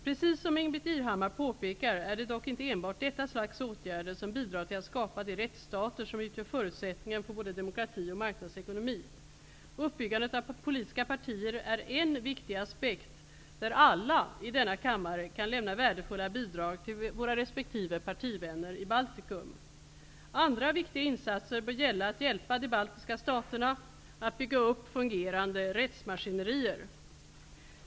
Precis som Ingbritt Irhammar påpekar är det dock inte enbart detta slags åtgärder som bidrar till att skapa de rättsstater som utgör förutsättningen för både demokrati och marknadsekonomi. Uppbyggandet av politiska partier är en viktig aspekt, där alla i denna kammare kan lämna värdefulla bidrag till våra resp. partivänner i Baltikum. Andra viktiga insatser bör gälla att hjälpa de baltiska staterna att bygga upp fungerande rättsmaskinerier.